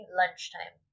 lunchtime